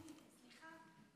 סליחה.